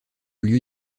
lieu